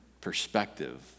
perspective